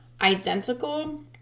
identical